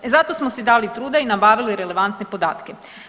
E zato smo si dali truda i nabavili relevantne podatke.